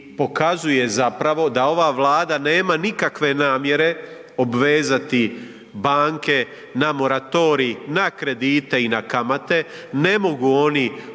pokazuje zapravo da ova Vlada nema nikakve namjere obvezati banke na moratorij na kredite i na kamate,